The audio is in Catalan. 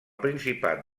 principat